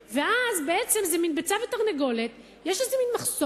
ואז, בעצם זה מין ביצה ותרנגולת, יש מחסום.